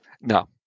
No